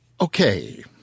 Okay